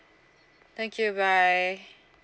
thank you bye